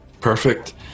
perfect